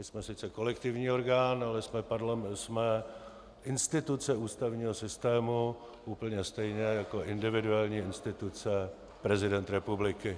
My jsme sice kolektivní orgán, ale jsme instituce ústavního systému úplně stejně jako individuální instituce prezident republiky.